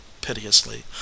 piteously